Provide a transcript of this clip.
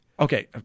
Okay